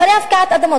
אחרי הפקעת אדמות,